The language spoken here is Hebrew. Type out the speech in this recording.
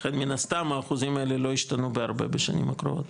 לכן מן הסתם האחוזים האלה לא ישתנו בהרבה בשנים הקרובות.